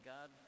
God